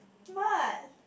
what